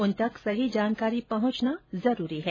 उन तक सही जानकारी पहंचना जरूरी है